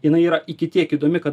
jinai yra iki tiek įdomi kad